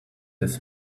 his